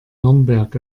nürnberg